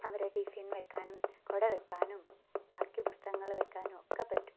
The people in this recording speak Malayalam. അവരുടെ ടിഫ്ഫൻ വെക്കാനും കുട വെക്കാനും ബാക്കി പുസ്തകങ്ങൾ വെക്കാനും ഒക്കെ പറ്റും